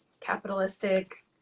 capitalistic